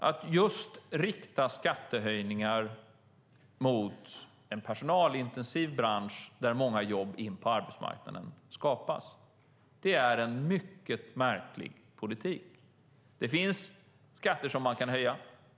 Att rikta skattehöjningar just mot en personalintensiv bransch där många jobb in på arbetsmarknaden skapas är en mycket märklig politik. Det finns skatter som man kan höja.